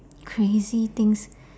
crazy things